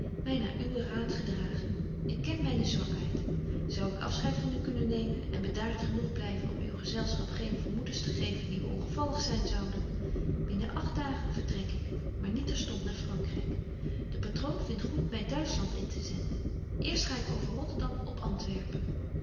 naar uwen raad gedragen ik ken myne zwakheid zou ik afscheid van u kunnen nemen en bedaart genoeg blyven om uw gezelschap geene vermoedens te geven die u ongevallig zyn zouden binnen agt dagen vertrek ik maar niet terstond naar vrankryk de patroon vindt goed my duitschland in te zenden eerst ga ik over rotterdam op antwerpen